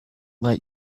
let